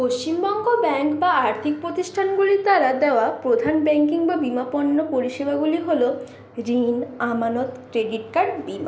Paschimbanga bank বা আর্থিক প্রতিষ্ঠানগুলির দ্বারা দেওয়া প্রধান ব্যাঙ্কিং বা বীমা পণ্য পরিষেবাগুলি হল ঋণ আমানত ক্রেডিট কার্ড বীমা